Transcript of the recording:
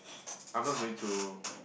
I'm not going to